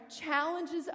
challenges